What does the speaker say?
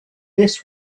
this